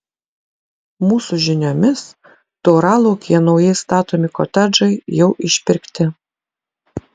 mūsų žiniomis tauralaukyje naujai statomi kotedžai jau išpirkti